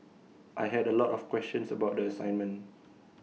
I had A lot of questions about the assignment